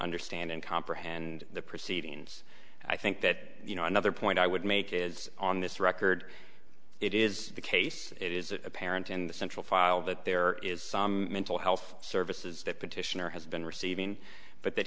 understand and comprehend the proceedings i think that you know another point i would make is on this record it is the case it is apparent in the central file that there is some mental health services that petitioner has been receiving but that